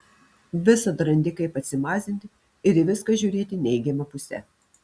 visad randi kaip atsimazinti ir į viską žiūrėti neigiama puse